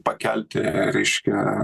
pakelti reiškia